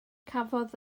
cafodd